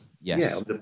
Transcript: Yes